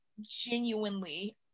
genuinely